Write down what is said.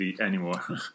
anymore